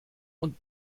und